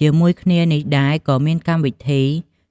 ជាមួយគ្នានេះដែរ ក៏មានជាកម្មវិធី